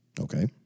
Okay